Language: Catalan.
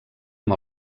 amb